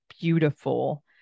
beautiful